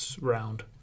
round